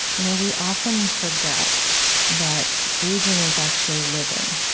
you know we often forget that aging is actually living,